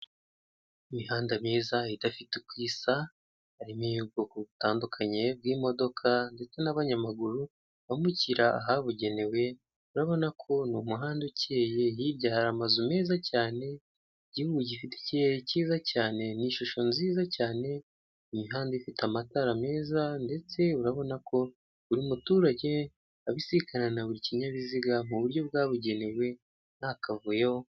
Imihanda myiza idafite uko isa, harimo iy'ubwoko butandukanye bw'imodoka ndetse n'abanyamaguru bambukira ahabugenewe urabona ko ni umuhanda ukeye, hirya hari amazu meza cyane igihugu gifite ikirere cyiza cyane ni ishusho nziza cyane imihanda ifite amatara meza ndetse urabona ko buri muturage abisikana na buri kinyabiziga mu buryo bwabugenewe nta kavuyo.